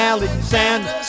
Alexander